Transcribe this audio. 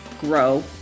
grow